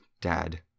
Dad